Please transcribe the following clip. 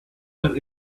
our